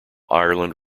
ireland